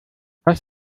das